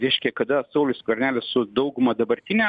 reiškia kada saulius skvernelis su dauguma dabartine